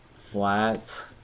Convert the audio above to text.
flat